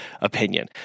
opinion